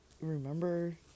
remember